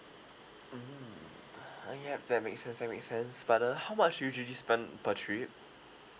mm uh yup that makes sense that makes sense but uh how much usually spend per trip